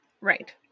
Right